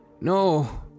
No